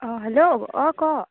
অঁ হেল্ল' অঁ ক'